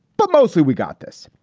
but mostly we got this.